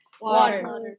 Water